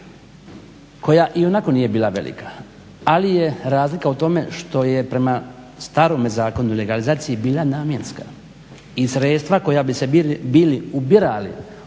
koja i onako nije bila velika, ali je razlika u tome što je prema starome Zakonu o legalizaciji bila namjenska i sredstva koja bi se bili ubirali